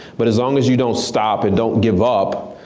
but as long as you don't stop and don't give up,